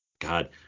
God